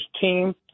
team